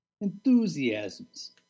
Enthusiasms